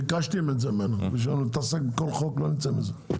ביקשתי את זה, כי אם נתעסק בכל חוק, לא נצא מזה.